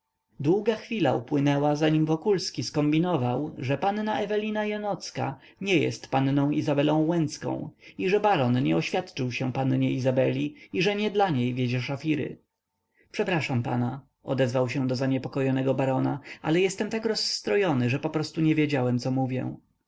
długa chwila upłynęła zanim wokulski skombinował że panna ewelina janocka nie jest panną izabelą łęcką że baron nie oświadczył się pannie izabeli i że nie dla niej wiezie szafiry przepraszam pana odezwał się do zaniepokojonego barona ale jestem tak rozstrojony że poprostu nie wiedziałem co mówię